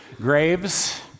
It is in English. graves